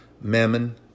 mammon